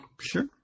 Sure